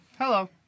Hello